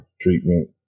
treatment